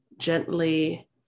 Gently